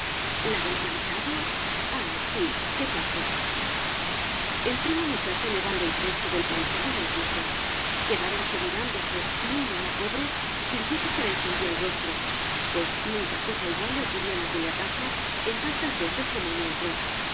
la del planchado ah sí que pase entró la muchacha llevando el cesto del planchado de augusto quedáronse mirándose y ella la pobre sintió que se le encendía el rostro pues nunca cosa igual le ocurrió en aquella casa en tantas veces como allí entró